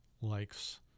likes